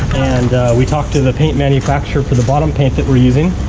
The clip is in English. and we talked to the paint manufacturer for the bottom paint that we're using,